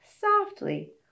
Softly